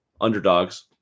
underdogs